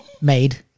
Made